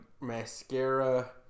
mascara